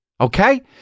Okay